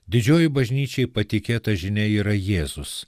didžioji bažnyčiai patikėta žinia yra jėzus